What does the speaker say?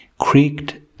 creaked